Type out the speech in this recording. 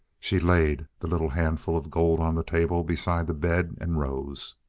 she laid the little handful of gold on the table beside the bed and rose.